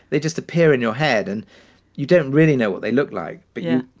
they just appear in your head and you don't really know what they look like. but, yeah,